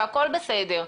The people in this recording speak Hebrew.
והכול בסדר,